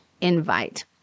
invite